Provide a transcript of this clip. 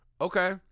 Okay